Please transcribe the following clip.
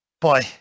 boy